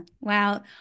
Wow